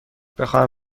بخواهم